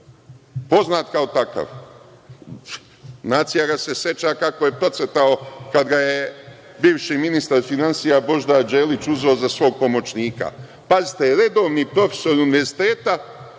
Poznat kao takav, nacija ga se seća kako je procvetao kada ga je bivši ministar finansija Božidar Đelić uzeo za svog pomoćnika. Pazite, redovni profesor univerziteta